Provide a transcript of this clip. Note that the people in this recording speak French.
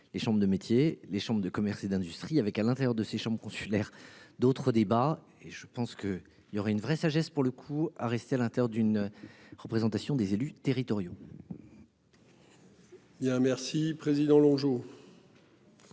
les chambres de métiers, les chambres de commerce et d'industrie avec à l'intérieur de ces chambres consulaires d'autres débats et je pense que il y aurait une vraie sagesse pour le coup, à rester à l'Inter d'une représentation des élus territoriaux. Il y a un merci président Longeau.